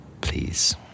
please